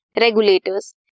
regulators